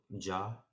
Ja